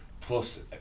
plus